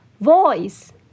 Voice